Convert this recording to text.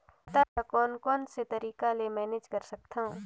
खाता ल कौन कौन से तरीका ले मैनेज कर सकथव?